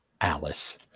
Alice